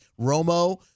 Romo